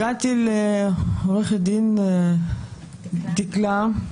הגעתי לעורכת הדין דקלה,